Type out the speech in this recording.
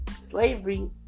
slavery